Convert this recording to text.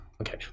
Okay